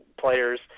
players